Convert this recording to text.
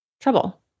trouble